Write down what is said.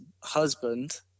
husband